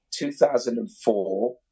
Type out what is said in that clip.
2004